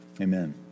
Amen